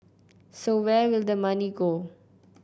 so where will the money go